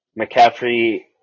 McCaffrey